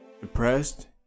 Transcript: depressed